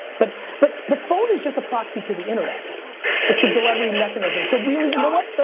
but but the phone is just a proxy to the internet it's the delivery mechanism. so really you know what,